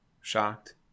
shocked